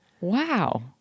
Wow